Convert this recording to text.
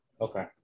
Okay